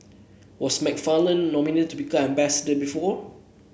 was McFarland nominated to become ambassador before